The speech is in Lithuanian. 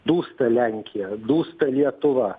dūsta lenkija dūsta lietuva